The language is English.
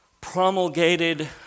promulgated